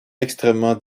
extrêmement